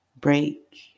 break